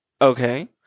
Okay